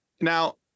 Now